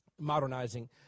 modernizing